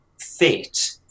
fit